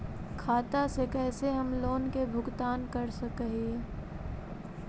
खाता से कैसे हम लोन के भुगतान कर सक हिय?